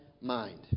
mind